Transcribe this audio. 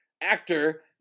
actor